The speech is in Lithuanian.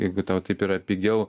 jeigu tau taip yra pigiau